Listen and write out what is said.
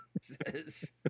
says